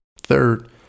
Third